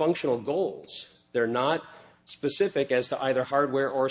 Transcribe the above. functional goals they're not specific as to either hardware or